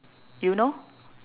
you know